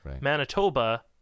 Manitoba